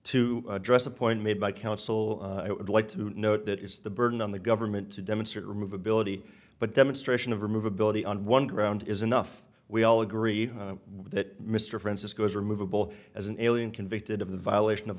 to address a point made by counsel i would like to note that is the burden on the government to demonstrate remove ability but demonstration of remove ability on one ground is enough we all agree with that mr francisco's removeable as an alien convicted of the violation of